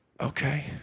okay